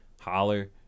Holler